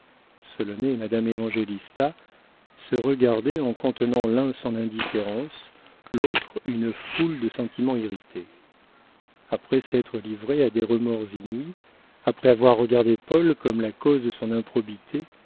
solonet et madame évangélista se regardaient en contenant l'un son indifférence l'autre une foule de sentiments irrités après s'être livrée à des remords inouïs après avoir regardé paul comme la cause de son improbité